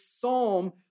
psalm